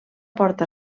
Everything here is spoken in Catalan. porta